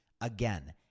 Again